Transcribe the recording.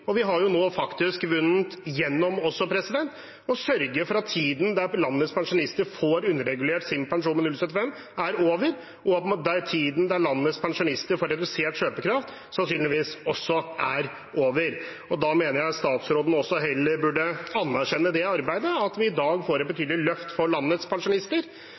og vi har nå faktisk vunnet gjennom ved å sørge for at tiden da landets pensjonister får underregulert sin pensjon med 0,75, er over, og at tiden da landets pensjonister får redusert kjøpekraft, sannsynligvis også er over. Og da mener jeg at statsråden heller burde anerkjenne det arbeidet, at vi i dag får et betydelig løft for landets pensjonister.